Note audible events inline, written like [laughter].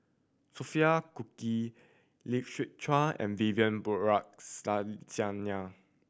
Sophia Cooke Lee Siew Choh and Vivian [unintelligible]